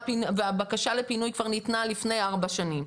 והבקשה לפינוי כבר ניתנה לפני ארבע שנים,